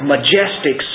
majestic